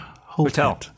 Hotel